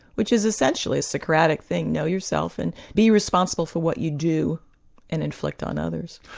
which is essentially a socratic thing, know yourself and be responsible for what you do and inflict on others.